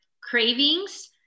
cravings